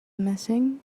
missing